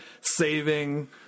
saving